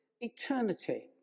eternity